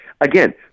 again